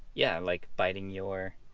yeah, like biting your.